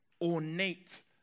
ornate